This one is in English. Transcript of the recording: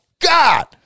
God